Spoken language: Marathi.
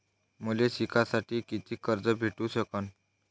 मले शिकासाठी कितीक कर्ज भेटू सकन?